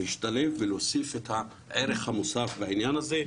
להשתלב ולהוסיף את הערך המוסף בעניין הזה,